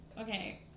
okay